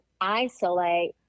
isolate